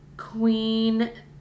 Queen